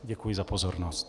Děkuji za pozornost.